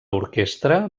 orquestra